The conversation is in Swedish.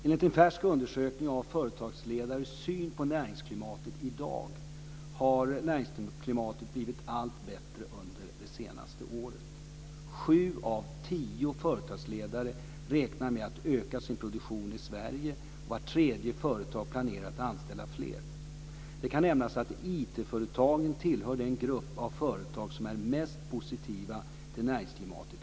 Enligt en färsk undersökning om företagsledares syn på näringsklimatet i dag har det blivit allt bättre under det senaste året. Sju av tio företagsledare räknar med att öka sin produktion i Sverige. Var tredje företag planerar att anställa fler. Det kan nämnas att IT-företagen hör till den grupp av företag som är mest positiva till näringsklimatet.